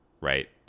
right